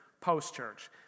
post-church